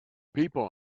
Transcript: people